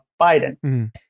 Biden